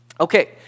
Okay